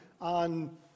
on